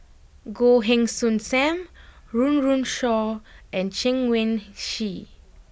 Goh Heng Soon Sam Run Run Shaw and Chen Wen Hsi